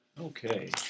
Okay